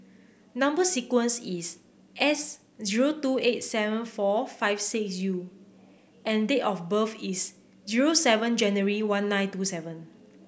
number sequence is S zero two eight seven four five six U and date of birth is zero seven January one nine two seven